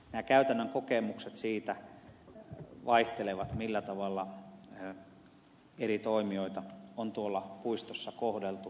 nämä käytännön kokemukset siitä vaihtelevat millä tavalla eri toimijoita on tuolla puistossa kohdeltu